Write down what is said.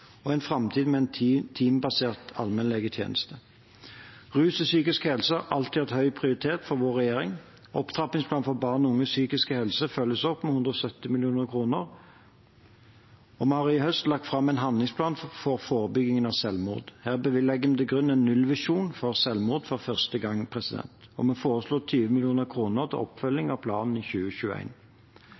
og en framtid med en teambasert allmennlegetjeneste. Rus og psykisk helse har alltid hatt høy prioritet for vår regjering. Opptrappingsplanen for barn og unges psykiske helse følges opp med 170 mill. kr. Vi har i høst lagt fram en handlingsplan for forebygging av selvmord. Her legger vi for første gang til grunn en nullvisjon for selvmord. Vi foreslår 20 mill. kr til oppfølging av planen i